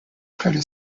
credit